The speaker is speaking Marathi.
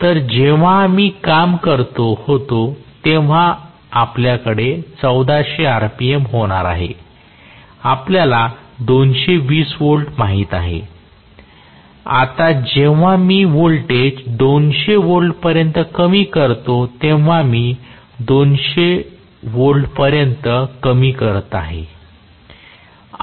तर जेव्हा आम्ही काम करीत होतो तेव्हा आपल्याकडे 1400 आरपीएम होणार आहेत आपल्याला 220 व्होल्ट्स माहित आहेत आता जेव्हा मी व्होल्टेज 200 व्होल्टपर्यंत कमी करते तेव्हा मी हे 200 व्होल्टपर्यंत कमी करत आहे